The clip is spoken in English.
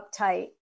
uptight